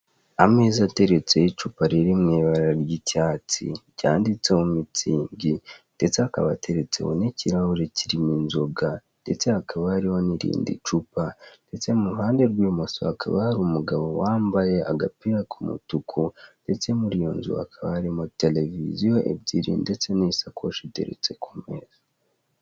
Ameza ateretseho icupa riri mu ibara ry'icyatsi, ryanditseho Mutzing ndetse akaba ateretseho n'ikirahure kirimo inzoga ndetse hakaba hariho n'irindi cupa ndetse mu ruhande rw'ibumoso hakaba hari umugabo wambaye agapira k'umutuku ndetse muri iyo nzu hakaba harimo televiziyo ebyiri ndetse n'isakoshi iteretse ku meza.